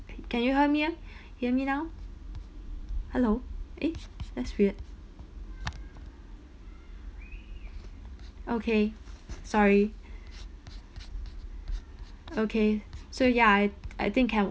can you hear me hear me now hello eh that's weird okay sorry okay so ya I I think have